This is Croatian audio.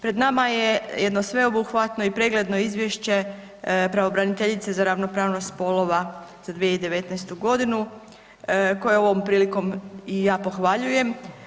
Pred nama je jedno sveobuhvatno i pregledno Izvješće pravobraniteljice za ravnopravnost spolova za 2019. godinu koje ovom prilikom i ja pohvaljujem.